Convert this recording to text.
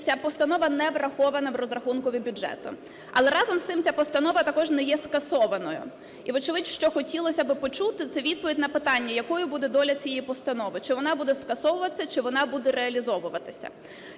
ця постанова не врахована в розрахунку бюджету. Але разом з тим ця постанова також не є скасованою. І вочевидь, що хотілось би почути, це відповідь на питання, якою буде доля цієї постанови: чи вона буде скасовуватися, чи вона буде реалізовуватися.